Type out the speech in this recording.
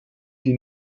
die